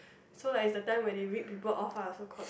so like it's the time where they rip people off ah so called